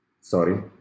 Sorry